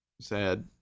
sad